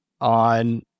on